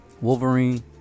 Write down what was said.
Wolverine